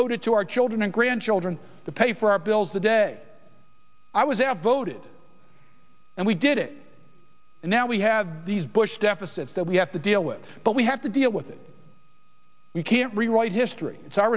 owed it to our children and grandchildren to pay for our bills the day i was a have voted and we did it and now we have these bush deficits that we have to deal with but we have to deal with it you can't rewrite history it's our